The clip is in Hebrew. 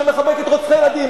שמחבקת רוצחי ילדים.